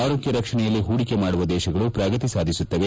ಆರೋಗ್ಯ ರಕ್ಷಣೆಯಲ್ಲಿ ಹೂಡಿಕೆ ಮಾಡುವ ದೇಶಗಳು ಪ್ರಗತಿ ಸಾಧಿಸುತ್ತವೆ